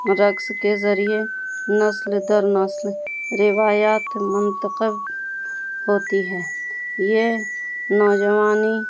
رقص کے ذریعے نسل در نسل روایات منتخب ہوتی ہے یہ نوجوانی